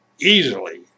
easily